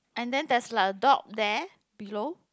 and then there's like a dog there below